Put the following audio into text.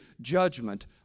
judgment